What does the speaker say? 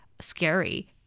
scary